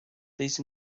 these